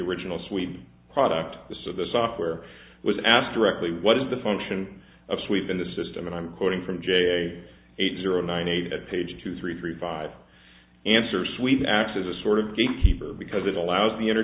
original swede product so the software was asked directly what is the function of sweeping the system and i'm quoting from j eight zero nine eight at page two three three five answers suite x is a sort of gatekeeper because it allows the inner